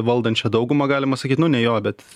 valdančią daugumą galima sakyt nu ne jo bet